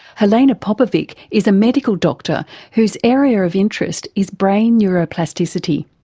helena popovic is a medical doctor whose area of interest is brain neuroplasticity.